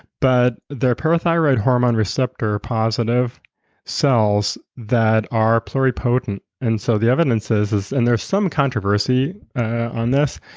but there are pleural thyroid hormone receptor positive cells that are pleural portent and so the evidence is that and there's some controversy on this.